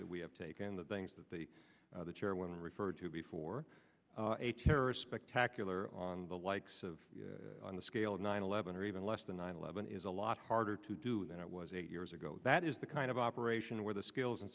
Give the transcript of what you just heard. that we have taken the things that the the chairwoman referred to before a terrorist spectacular on the likes of on the scale of nine eleven or even less than nine eleven is a lot order to do that was eight years ago that is the kind of operation where the skills and